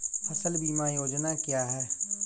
फसल बीमा योजना क्या है?